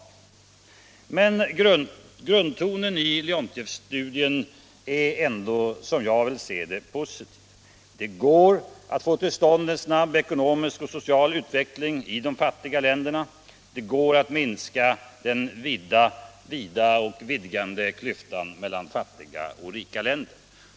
Men som jag vill se det är grundtonen i Leontief-studien ändå positiv. Det går att få till stånd en snabb ekonomisk och social utveckling i de fattiga länderna. Det går att minska den vida klyftan mellan fattiga och rika länder.